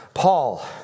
Paul